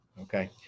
Okay